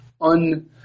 un